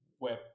web